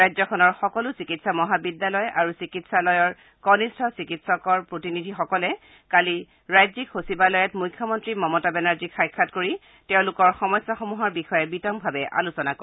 ৰাজ্যখনৰ সকলো চিকিৎসা মহাবিদ্যালয় আৰু চিকিৎসালয়ৰ কনিষ্ঠ চিকিৎসকলৰ প্ৰতিনিধিসকলে কালি ৰাজ্যিক সচিবালয়ত মুখ্যমন্ত্ৰী মমতা বেনাৰ্জীক সাক্ষাৎ কৰি তেওঁলোকৰ সমস্যাসমূহৰ বিষয়ে বিতংভাৱে আলোচনা কৰে